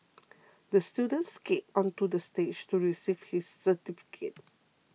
the student skated onto the stage to receive his certificate